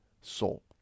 soul